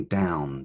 down